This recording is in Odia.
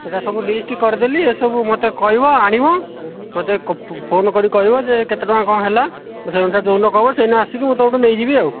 ଏଇଟା ସବୁ ଲିଷ୍ଟ କରିଦେଲି ଏସବୁ ମୋତେ କହିବ ଆଣିବ ମୋତେ ଫୋନ କରିକି କହିବ ଯେ କେତେ ଟଙ୍କା କ'ଣ ହେଲା ସେଇଅନୁସାରେ ଯେଉଁଦିନ କହିବ ସେଇଦିନ ଆସିକି ମୁଁ ତୁମଠୁ ନେଇଯିବି ଆଉ